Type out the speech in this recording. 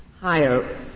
higher